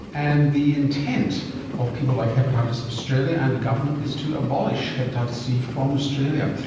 and the intent of people like hepatitis australia and the government is to abolish hepatitis c from australia.